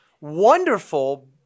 wonderful